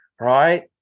right